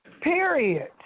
Period